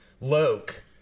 Loke